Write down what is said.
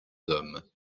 hommes